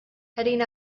heading